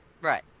Right